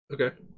Okay